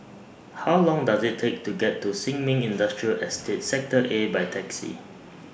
How Long Does IT Take to get to Sin Ming Industrial Estate Sector A By Taxi